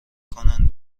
کنند